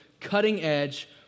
cutting-edge